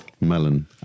melon